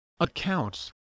accounts